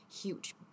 huge